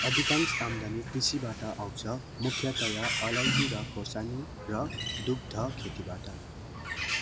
अधिकांश आम्दानी कृषिबाट आउँछ मुख्यतया अलैँची र खोर्सानी र दुग्ध खेतीबाट